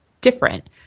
different